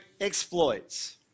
exploits